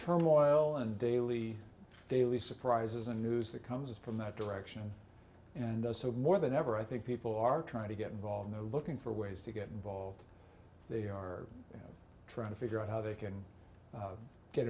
turmoil and daily daily surprises and news that comes from that direction and also more than ever i think people are trying to get involved they're looking for ways to get involved they are trying to figure out how they can